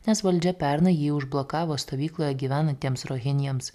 nes valdžia pernai jį užblokavo stovykloje gyvenantiems rohinijiems